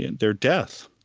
and their death,